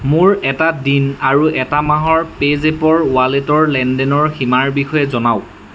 মোৰ এটা দিন আৰু এটা মাহৰ পে'জেপ ৱালেটৰ লেনদেনৰ সীমাৰ বিষয়ে জনাওক